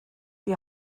die